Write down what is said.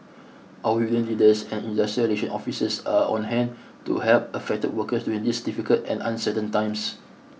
our union leaders and industrial relations officers are on hand to help affected workers during these difficult and uncertain times